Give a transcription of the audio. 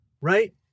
right